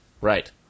Right